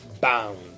Bound